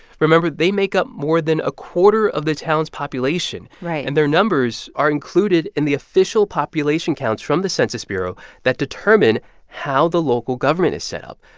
remember they make up more than a quarter of the town's population right and their numbers are included in the official population counts from the census bureau that determine how the local government is set up.